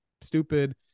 stupid